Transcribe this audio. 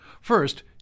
First